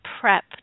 prep